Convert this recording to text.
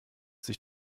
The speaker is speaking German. sich